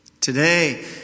Today